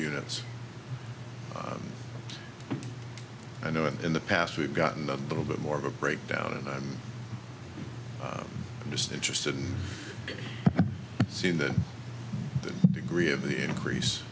units i know in the past we've gotten a little bit more of a breakdown and i'm just interested in seeing the degree of the increase